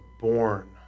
born